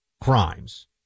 crimes